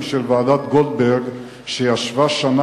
אדוני היושב-ראש,